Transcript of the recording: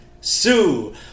Sue